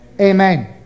Amen